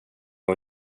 och